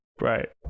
Right